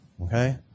Okay